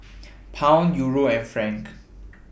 Pound Euro and Franc